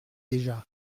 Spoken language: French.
déjà